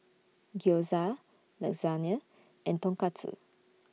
Gyoza Lasagne and Tonkatsu